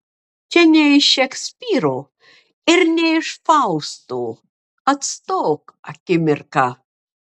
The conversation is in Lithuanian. čia ne iš šekspyro ir ne iš fausto atstok akimirka